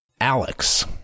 Alex